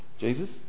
jesus